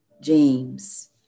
James